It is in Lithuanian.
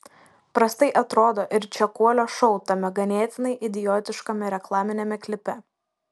prastai atrodo ir čekuolio šou tame ganėtinai idiotiškame reklaminiame klipe